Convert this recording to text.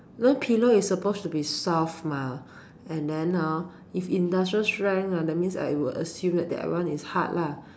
because pillow is supposed to be soft mah and then hor if industrial strength ah that means I would assume that that one is hard lah